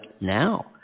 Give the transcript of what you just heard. now